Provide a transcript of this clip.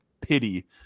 pity